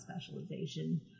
specialization